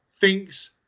thinks